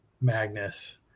magnus